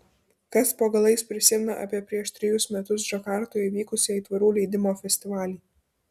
kas po galais prisimena apie prieš trejus metus džakartoje įvykusį aitvarų leidimo festivalį